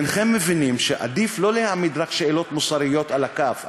ואינכם מבינים שעדיף שלא להעמיד רק שאלות מוסריות על הכף,